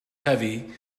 heavy